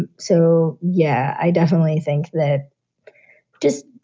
and so, yeah, i definitely think that just,